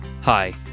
Hi